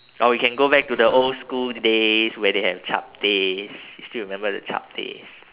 or we can go back to the old school days where they have chaptehs you still remember the chaptehs